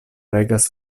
regas